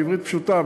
בעברית פשוטה,